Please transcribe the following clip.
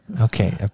Okay